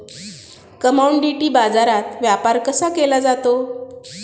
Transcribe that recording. Commodity बाजारात व्यापार कसा केला जातो?